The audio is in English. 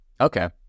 okay